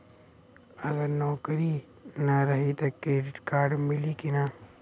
अगर नौकरीन रही त क्रेडिट कार्ड मिली कि ना?